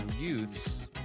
youths